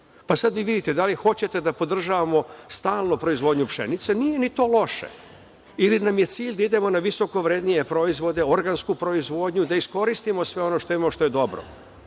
Pa sad vi vidite, da li hoćete da podržavamo stalnu proizvodnju pšenice. Nije ni to loše. Ili nam je cilj da idemo na visoko vrednije proizvode, organsku proizvodnju, da iskoristimo sve ono što imamo što je dobro.